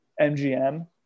MGM